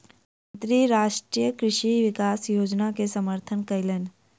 मंत्री राष्ट्रीय कृषि विकास योजना के समर्थन कयलैन